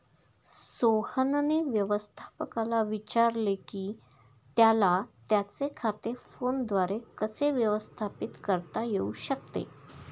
सोहनने व्यवस्थापकाला विचारले की त्याला त्याचे खाते फोनद्वारे कसे व्यवस्थापित करता येऊ शकते